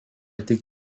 tik